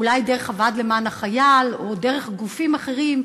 אולי דרך הוועד למען החייל או דרך גופים אחרים,